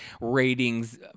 ratings